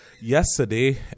yesterday